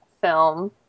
film